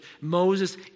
Moses